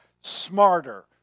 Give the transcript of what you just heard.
smarter